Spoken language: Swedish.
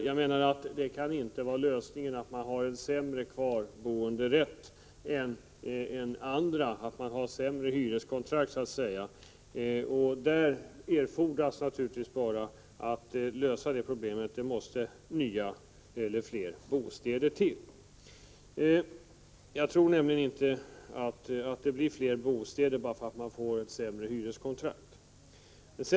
Jag menar att lösningen inte kan vara att ungdomar skall ha sämre rättigheter när det gäller att få bo kvar i sin bostad än andra — att de har så att säga sämre hyreskontrakt. Detta problem måste man lösa, och fler bostäder måste tillkomma. Jag tror nämligen inte att man får fram fler bostäder bara för att man ger vissa människor sämre hyreskontrakt.